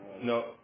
No